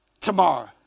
tomorrow